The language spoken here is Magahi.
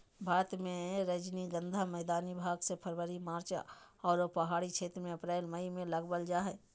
भारत मे रजनीगंधा मैदानी भाग मे फरवरी मार्च आरो पहाड़ी क्षेत्र मे अप्रैल मई मे लगावल जा हय